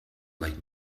like